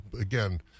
again